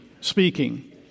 speaking